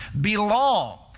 Belong